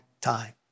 time